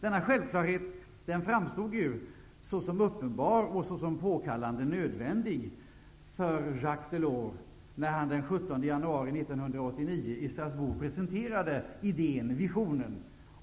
Denna självklarhet framstod såsom uppenbar och påkallande nödvändig för Jacques Delors när han den 17 januari 1989 i Strasbourg presenterade visionen